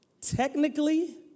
Technically